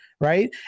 right